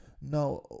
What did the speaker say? now